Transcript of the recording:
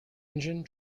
engine